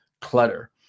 clutter